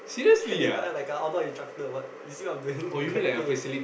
ya like a outdoor instructor or what instead of doing GrabPay